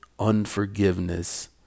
unforgiveness